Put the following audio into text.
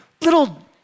little